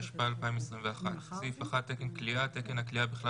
התשפ"א-2021 תקן כליאה תקן הכליאה בכלל